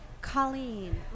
Colleen